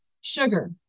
sugar